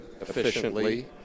efficiently